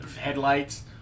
headlights